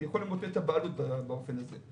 אני יכול למוטט את הבעלות באופן הזה,